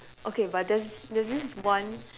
okay but there's there's this one